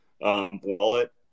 wallet